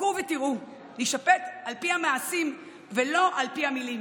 חכו ותראו, נישפט על פי המעשים ולא על פי המילים.